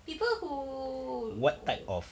people who